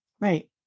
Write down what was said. Right